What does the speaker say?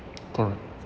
correct